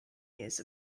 years